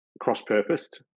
cross-purposed